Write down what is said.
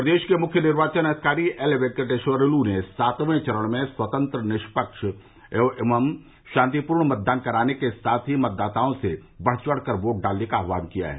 प्रदेश के मुख्य निर्वाचन अधिकारी एल वेंकटेश्वर लू ने सातवें चरण में स्वतंत्र निष्पक्ष एवं शांतिपूर्ण मतदान कराने के साथ ही मतदाताओं से बढ़ चढ़ कर वोट डालने का आह्वान किया है